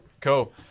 Cool